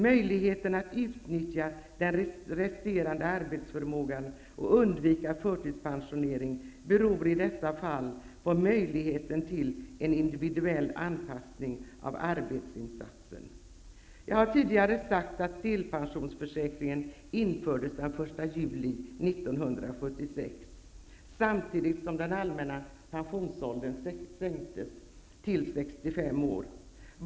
Möjligheten att utnyttja den resterande arbetsförmågan och undvika förtidspensionering beror i dessa fall på möjligheten till en individuell anpassning av arbetsinsatsen. Jag har tidigare sagt att delpensionsförsäkringen infördes den 1 juli 1976, samtidigt som den allmänna pensionsåldern sänktes till 65 år.